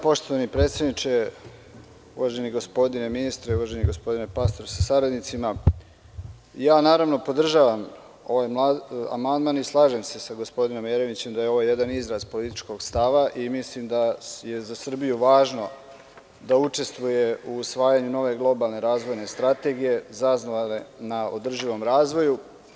Poštovani predsedniče, uvaženi gospodine ministre, uvaženi gospodine Pastor sa saradnicima, podržavam ovaj amandman i slažem se sa gospodinom Jeremićem da je ovo jedan izraz političkog stava i mislim da je za Srbiju važno da učestvuje u usvajanju nove globalne razvojne strategije zasnovane na održivom razvoju.